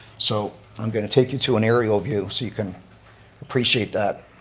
so i'm going to take you to an aerial view so you can appreciate that.